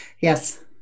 Yes